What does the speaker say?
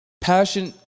Passion